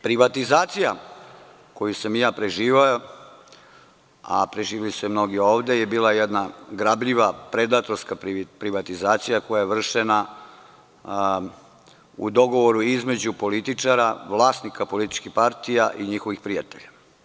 Privatizacija koju sam ja preživeo, a preživeli su je mnogi ovde, bila je jedna grabljiva, predatorska privatizacija, koja je vršena u dogovoru između političara, vlasnika političkih partija i njihovih prijatelja.